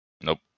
Nope